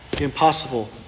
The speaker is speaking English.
impossible